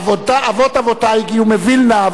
אבות אבותי הגיעו מווילנה,